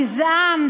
גזעם,